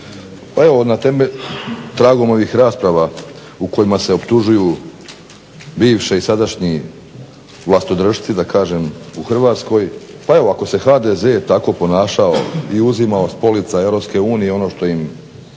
Pa evo na tragu mojih rasprava u kojima se optužuju bivši i sadašnji vlastodršci da kažem u Hrvatskoj, pa evo ako se HDZ tako ponašao i uzimao s polica EU ono što im